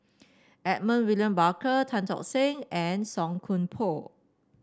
Edmund William Barker Tan Tock Seng and Song Koon Poh